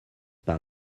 par